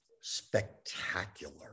spectacular